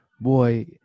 boy